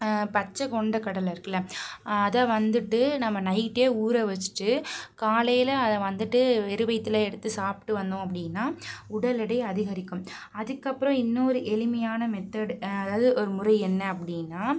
பச்சை கொண்டை கடலை இருக்குல அதை வந்துட்டு நம்ம நைட்டே ஊற வச்சுட்டு காலையில் அதை வந்துட்டு வெறும் வயித்தில் எடுத்து சாப்பிட்டு வந்தோம் அப்படின்னா உடல் எடை அதிகரிக்கும் அதுக்கு அப்புறம் இன்னொரு எளிமையான மெத்தேட் அதாவது ஒ முறை என்ன அப்படின்னா